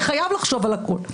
וחייב לחשוב על הכול.